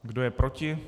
Kdo je proti?